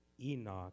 Enoch